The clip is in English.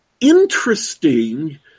Interesting